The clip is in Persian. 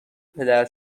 پدر